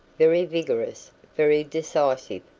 very vigorous, very decisive,